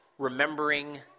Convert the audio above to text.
Remembering